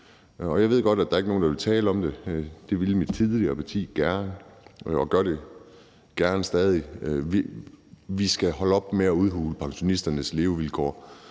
Jeg ved godt, at der ikke er nogen, der vil tale om det. Det ville mit tidligere parti gerne og gør det gerne stadig. Vi skal holde op med at udhule pensionisternes levevilkår